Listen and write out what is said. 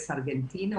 ארגנטינה.